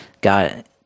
got